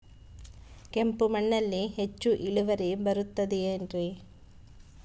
ಕೆಂಪು ಮಣ್ಣಲ್ಲಿ ಹೆಚ್ಚು ಇಳುವರಿ ಬರುತ್ತದೆ ಏನ್ರಿ?